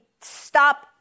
stop